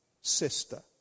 sister